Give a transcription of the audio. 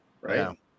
right